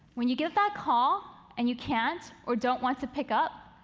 when you get that call and you can't or don't want to pick up,